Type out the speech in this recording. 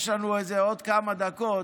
יש לנו עוד כמה דקות.